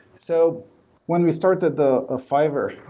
so when we started the ah fiverr,